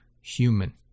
human